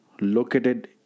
located